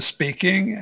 Speaking